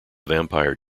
vampire